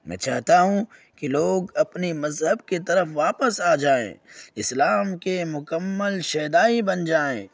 میں چاہتا ہوں کہ لوگ اپنے مذہب کی طرف واپس آ جائیں اسلام کے مکمل شیدائی بن جائیں